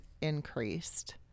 increased